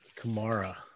Kamara